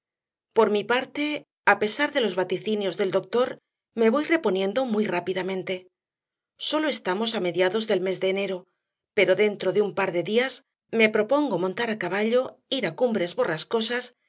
por mi parte a pesar de los vaticinios del doctor me voy reponiendo muy rápidamente sólo estamos a mediados del mes de enero pero dentro de un par de días me propongo montar a caballo ir a cumbres